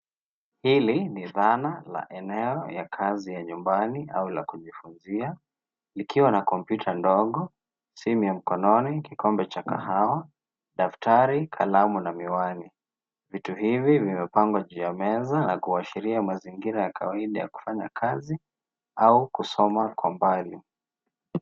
Hili ni dhana la eneo ya kazi ya nyumbani au la kujifunzia, likiwa na kompyuta ndogo, simu ya mkononi, kikombe cha kahawa, daftari. kalamu na miwani. Vitu hivi vimepangwa juu ya meza na kuashiria mazingira ya kawaida ya kufanya kazi au kusoma kwa mbali.